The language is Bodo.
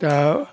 दा